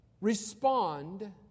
respond